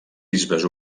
bisbes